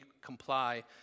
comply